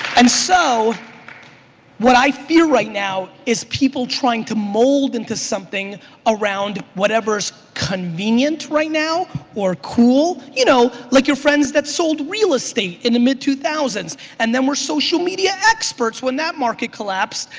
and so what i fear right now is people trying to mold into something around whatever's convenient right now or cool. you know like your friends that sold real estate in the mid two thousand and then were social media experts when that market collapsed,